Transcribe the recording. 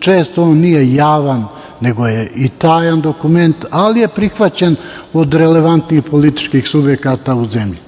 često on nije javan nego je i tajan dokument, ali je prihvaćen od relevantnih političkih subjekata u zemlji.